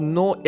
no